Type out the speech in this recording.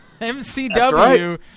mcw